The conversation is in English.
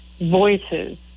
voices